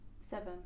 seven